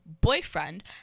boyfriend